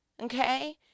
Okay